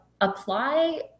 apply